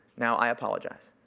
now, i apologize.